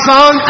Son